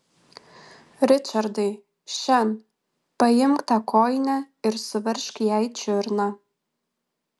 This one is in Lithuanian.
ričardai šen paimk tą kojinę ir suveržk jai čiurną